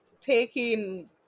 taking